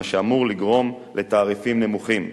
מה שאמור לגרום לתעריפים נמוכים.